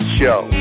show